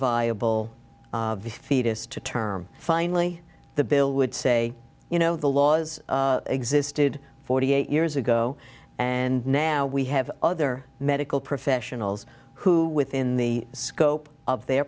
viable fetus to term finally the bill would say you know the laws existed forty eight years ago and now we have other medical professionals who within the scope of their